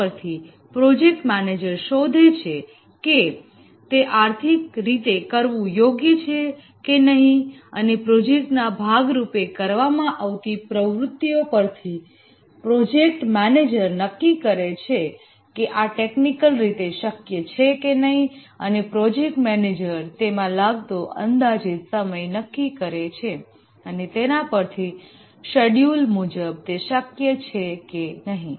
તેના પરથી project manager શોધે છે કે તે આર્થિક રીતે કરવું યોગ્ય છે કે નહીં અને પ્રોજેક્ટના ભાગરૂપે કરવામાં આવતી પ્રવૃતિઓ પરથી પ્રોજેક્ટ મેનેજર નક્કી કરે છે કે આ ટેકનિકલ રીતે શક્ય છે કે નહીં અને પ્રોજેક્ટ મેનેજર તેમાં લાગતો અંદાજિત સમય નક્કી કરે છે અને તેના પરથી સેડ્યુલ મુજબ તે શક્ય છે કે નહીં